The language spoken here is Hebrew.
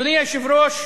אדוני היושב-ראש,